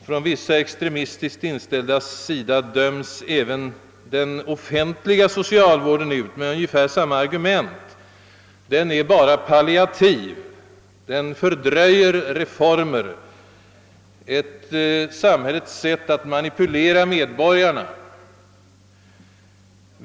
Från vissa extremistiskt inställdas sida döms även den offentliga socialvården ut med ungefär samma argument. Den är bara palliativ, den fördröjer reformer, den är ett samhällets sätt att manipulera medborgarna.